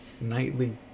nightly